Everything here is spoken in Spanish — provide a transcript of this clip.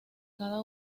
cada